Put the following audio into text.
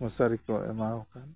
ᱢᱚᱥᱟᱨᱤ ᱠᱚ ᱮᱢᱟ ᱠᱚᱠᱷᱟᱱ